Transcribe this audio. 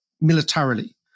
militarily